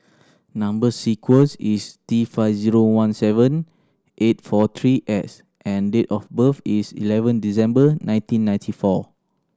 number sequence is T five zero one seven eight four three X and date of birth is eleven December nineteen ninety four